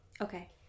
Okay